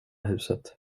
huset